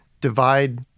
divide